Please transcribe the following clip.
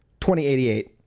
2088